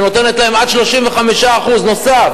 שנותנת להם עד 35% נוסף,